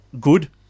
good